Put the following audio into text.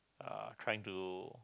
uh try to